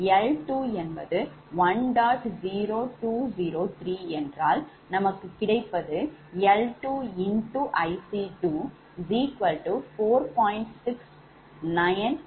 0203 என்றால் நமக்கு கிடைப்பது L2 IC24